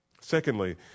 Secondly